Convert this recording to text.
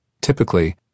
Typically